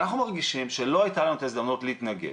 אנחנו מרגישים שלא הייתה לנו את ההזדמנות להתנגד,